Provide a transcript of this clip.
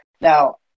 Now